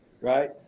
Right